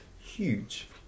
huge